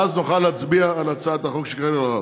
ואז נוכל להצביע על הצעת החוק של קארין אלהרר.